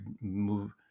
move